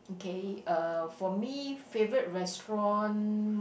okay uh for me favourite restaurant